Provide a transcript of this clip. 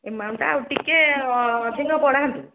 ଏମାଉଣ୍ଟଟା ଆଉ ଟିକେ ଅଧିକ ବଢ଼ାନ୍ତୁ